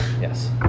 Yes